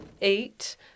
Eight